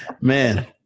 man